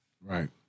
Right